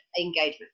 Engagement